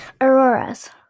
Aurora's